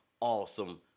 awesome